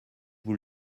vous